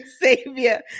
Savior